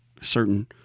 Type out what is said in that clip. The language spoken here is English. certain